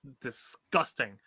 disgusting